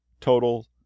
Total